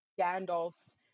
Gandalf's